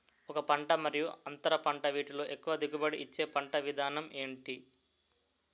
ఒక పంట మరియు అంతర పంట వీటిలో ఎక్కువ దిగుబడి ఇచ్చే పంట విధానం ఏంటి?